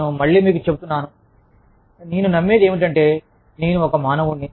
నేను మళ్ళీ మీకు చెప్తున్నాను నేను నమ్మేది ఏమిటంటే నేను ఒక మానవుడిని